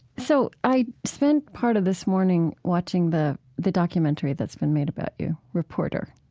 so i spent part of this morning watching the the documentary that's been made about you, reporter.